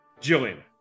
Jillian